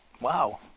wow